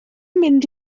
mynd